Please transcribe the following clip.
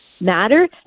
matter